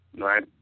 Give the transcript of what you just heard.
right